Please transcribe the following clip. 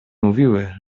mówiły